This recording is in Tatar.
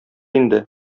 инде